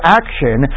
action